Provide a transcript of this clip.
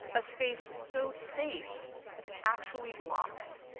a space so safe that it's actually locked.